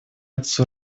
отцу